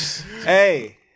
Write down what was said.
hey